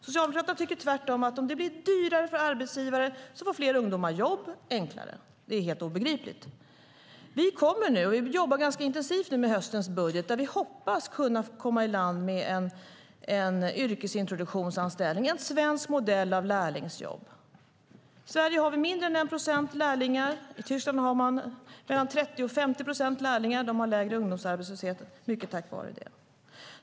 Socialdemokraterna tycker tvärtom att om det blir dyrare för arbetsgivare får fler ungdomar jobb enklare. Det är helt obegripligt. Vi jobbar ganska intensivt nu med höstens budget, där vi hoppas kunna komma i land med en yrkesintroduktionsanställning - en svensk modell av lärlingsjobb. I Sverige har vi mindre än 1 procent lärlingar. I Tyskland har man mellan 30 och 50 procent lärlingar, och där har man lägre ungdomsarbetslöshet mycket tack vare det.